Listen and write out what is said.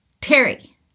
Terry